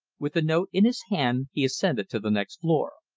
with the note in his hand he ascended to the next floor.